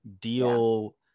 deal